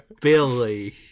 Billy